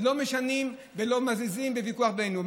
לא משנים ולא מזיזים בוויכוח בינינו.